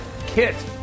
kit